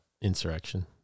insurrection